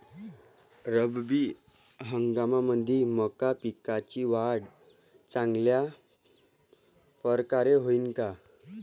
रब्बी हंगामामंदी मका पिकाची वाढ चांगल्या परकारे होईन का?